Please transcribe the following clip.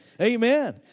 Amen